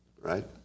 right